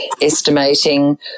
estimating